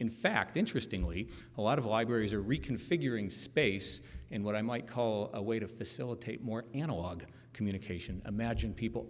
in fact interesting he a lot of libraries are reconfiguring space in what i might call a way to facilitate more analog communication imagine people